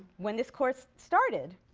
when this course started